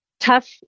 Tough